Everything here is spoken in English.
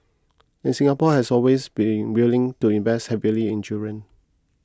and Singapore has always been willing to invest heavily in children